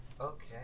Okay